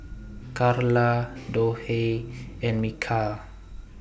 Karla Dorthey and Michal